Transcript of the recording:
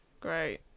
Great